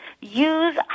Use